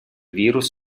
virus